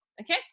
okay